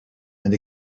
and